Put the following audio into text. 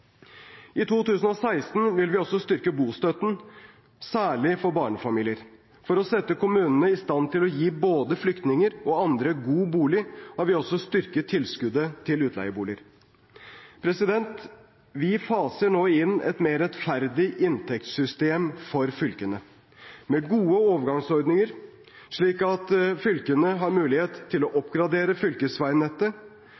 I 2016 vil vi også styrke bostøtten, særlig for barnefamilier. For å sette kommunene i stand til å gi både flyktninger og andre en god bolig har vi også styrket tilskuddet til utleieboliger. Vi faser nå inn et mer rettferdig inntektssystem for fylkene, med gode overgangsordninger, slik at fylkene har mulighet til å oppgradere fylkesveinettet.